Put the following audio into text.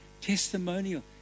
testimonial